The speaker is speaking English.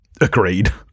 agreed